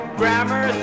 grammar